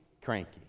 cranky